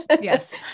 yes